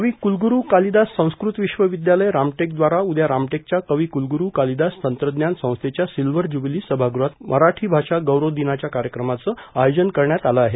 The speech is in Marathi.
कविकूलगुरू कालिदास संस्कृत विश्वविद्यालय रामटेकद्वारा उद्या रामटेकच्या कवि कूलगुरू कालिदास तंत्रज्ञान संस्थेच्या सिल्ळर ज्युबिली समागृहात मराठी भाषा गौरव दिनाच्या कार्यक्रमाचं आयोजन करण्यात आलं आहे